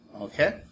Okay